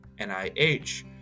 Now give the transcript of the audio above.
nih